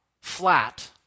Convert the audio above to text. flat